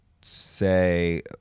say